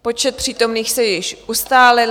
Počet přítomných se již ustálil.